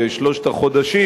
ושלושת החודשים,